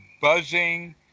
buzzing